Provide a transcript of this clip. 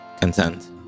content